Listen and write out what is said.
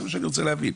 זה מה שאני רוצה להבין.